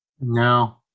No